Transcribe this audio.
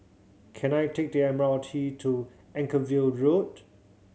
can I take the M R T to Anchorvale Road